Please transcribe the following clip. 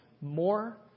more